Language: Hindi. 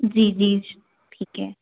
जी जी ठीक है